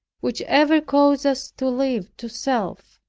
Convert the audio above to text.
which ever cause us to live to self.